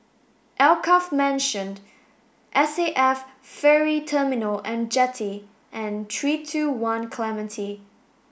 Alkaff Mansion S A F Ferry Terminal and Jetty and three two one Clementi